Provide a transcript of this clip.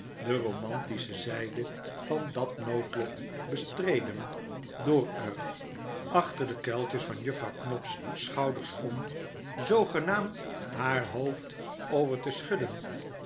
de romantische zflde van dat noodlot bestreden door er achter de kuiltjes van juffrouw knop's schouders om zoogenaamd haar hoofd over te schudden